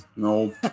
No